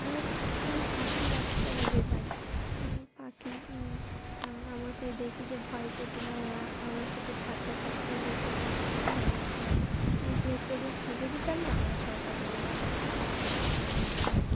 আর অনেক পাখি আসতো আমাদের বাড়িতে পাখি আমাকে দেখি যে ভয় পেতো না ওরা আমার সাথে থাকতে থাকতে একটা বন্ধুর মতো হয়ে গেছিলো যেহেতু আমি খেতে দিতাম না ওরা সকাল হলেই আমাদের আমার বাড়িতে চলে আসতো আর কি